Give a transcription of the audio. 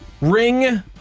ring